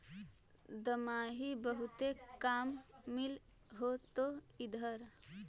दमाहि बहुते काम मिल होतो इधर?